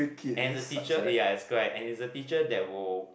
and the teacher ya it's correct and he's a teacher that will